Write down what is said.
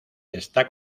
está